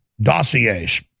dossiers